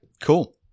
cool